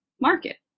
market